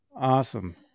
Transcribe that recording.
Awesome